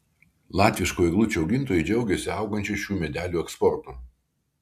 latviškų eglučių augintojai džiaugiasi augančiu šių medelių eksportu